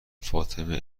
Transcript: فاطمه